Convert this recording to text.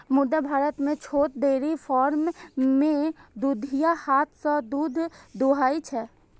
मुदा भारत मे छोट डेयरी फार्म मे दुधिया हाथ सं दूध दुहै छै